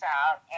out